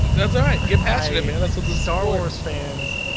that's alright get past me man that's what the star wars fans